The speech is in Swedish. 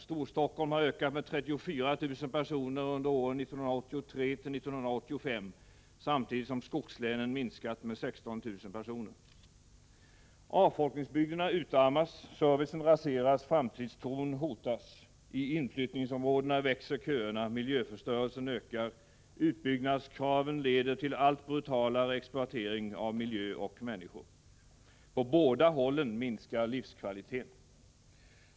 Storstockholm har ökat med 34 000 personer under åren 1983-1985 samtidigt som skogslänen minskat med 16 000 personer. Avfolkningsbygderna utarmas, servicen raseras, framtidstron hotas. I inflyttningsområdena växer köerna, miljöförstörelsen ökar, utbyggnadskraven leder till allt brutalare exploatering av miljö och människor. På båda hållen minskar livskvaliteten.